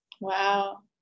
Wow